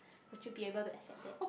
would you be able to accept that